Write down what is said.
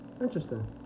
Interesting